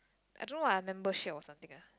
I don't know lah membership or something lah